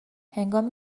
هنگامی